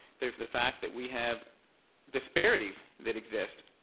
there's the fact that we have disparities that exist,